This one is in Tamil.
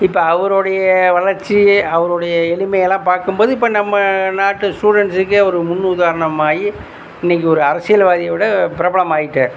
இப்போ அவருடைய வளர்ச்சி அவருடைய எளிமையெல்லாம் பார்க்கும்போது இப்போ நம்ம நாட்டு ஸ்டூடண்ட்ஸுக்கே ஒரு முன் உதாரணமாகி இன்னைக்கு ஒரு அரசியல்வாதியை விட பிரபலமாகிட்டார்